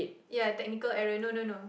ya technical error no no no